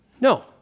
No